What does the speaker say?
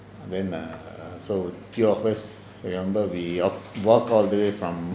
then uh so few of us I remember we walk all the way from